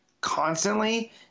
constantly